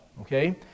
okay